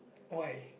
why